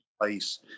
place